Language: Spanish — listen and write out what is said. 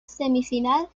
semifinal